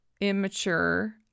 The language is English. immature